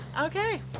Okay